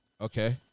Okay